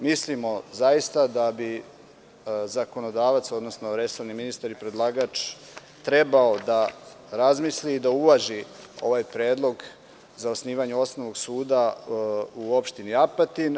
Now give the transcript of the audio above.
Mislimo da bi zakonodavac, odnosno resorni ministar i predlagač trebao da razmisli i da uvaži ovaj predlog za osnivanje osnovnog suda u opštini Apatin.